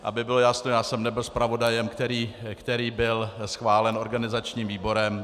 Aby bylo jasno, já jsem nebyl zpravodajem, který byl schválen organizačním výborem.